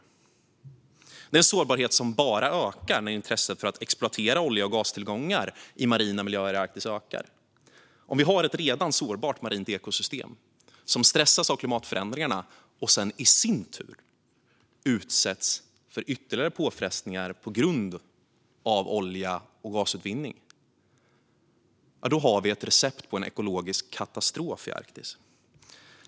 Det är en sårbarhet som ökar när intresset för att exploatera olje och gastillgångar i marina miljöer i Arktis ökar. Vi har ett redan sårbart marint ekosystem som stressas av klimatförändringarna och sedan i sin tur utsätts för ytterligare påfrestningar på grund av olje och gasutvinning. Då har vi ett recept på en ekologisk katastrof i Arktis.